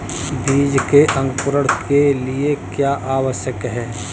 बीज के अंकुरण के लिए क्या आवश्यक है?